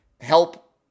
help